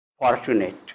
fortunate